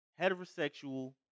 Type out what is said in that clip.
heterosexual